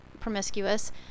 promiscuous